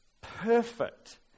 perfect